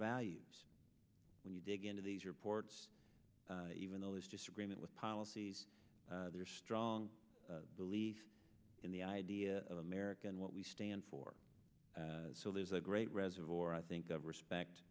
values when you dig into these reports even though there's disagreement with policies or strong belief in the idea of america and what we stand for so there's a great reservoir i think of respect